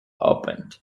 opened